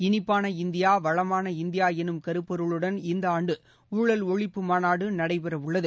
இனிப்பான இந்தியா வளமான இந்தியா எனும் கருப்பொருளுடன் இந்த ஆண்டு ஊழல் ஒழிப்பு மாநாடு நடைபெறவுள்ளது